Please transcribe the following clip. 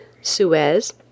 Suez